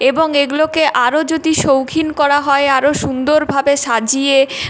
এবং এগুলোকে আরও যদি শৌখিন করা হয় আরো সুন্দরভাবে সাজিয়ে